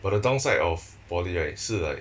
but the downside of poly right 是 like